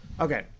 Okay